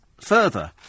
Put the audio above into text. further